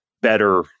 better